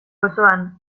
auzoan